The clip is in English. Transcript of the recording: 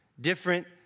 different